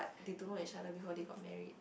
they don't know each other before they got married